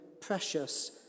precious